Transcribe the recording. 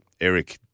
Eric